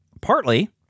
partly